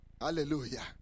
Hallelujah